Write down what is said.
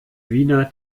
wiener